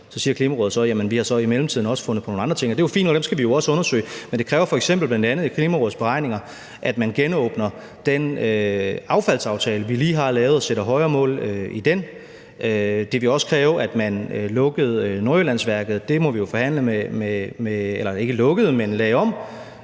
Så siger Klimarådet, at de i mellemtiden også har fundet på nogle andre ting, og det er jo fint nok, dem skal vi jo også undersøge, men det kræver bl.a. i Klimarådets beregninger, at man genåbner den affaldsaftale, vi lige har lavet, og sætter højere mål i den. Det vil også kræve, at man omlagde Nordjyllandsværket, og det må vi jo forhandle med Folketingets partier, men det kan